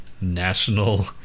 national